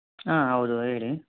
ಹಾಂ ಹೌದು ಹೇಳಿ